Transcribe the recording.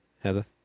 Heather